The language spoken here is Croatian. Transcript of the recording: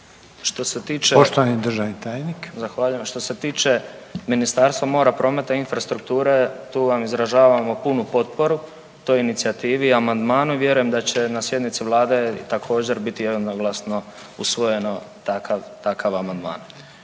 Što se tiče Ministarstva mora, prometa i infrastrukture tu vam izražavamo punu potporu, toj inicijativi i amandmanu i vjerujem da će na sjednici vlade također biti jednoglasno usvojeno takav, takav amandman.